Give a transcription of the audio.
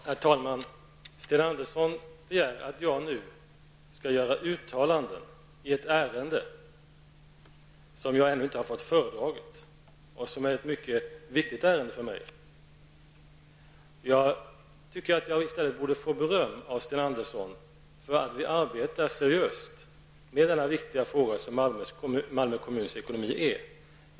Herr talman! Sten Andersson i Malmö begär att jag nu skall göra uttalanden i ett ärende, som jag ännu inte har fått föredraget och som är mycket viktigt för mig. Jag tycker att jag i stället borde få beröm av Sten Andersson för att vi arbetar seriöst med den viktiga fråga som Malmö kommuns ekonomi är.